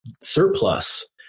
surplus